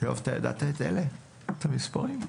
אתה ידעת את המספרים האלה?